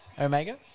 Omega